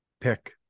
pick